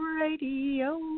Radio